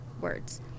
words